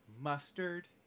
mustard